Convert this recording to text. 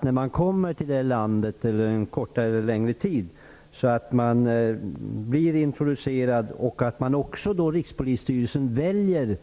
När flyktingarna kommer till landet för en kortare eller längre tid är det viktigt att de blir introducerade och att Rikspolisstyrelsen inte väljer